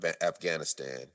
Afghanistan